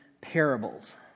parables